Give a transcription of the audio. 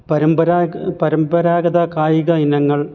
പരമ്പരാഗ പരമ്പരാഗത കായിക ഇനങ്ങൾ